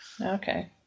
Okay